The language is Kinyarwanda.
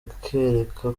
akwereka